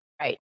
Right